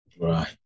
Right